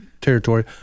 territory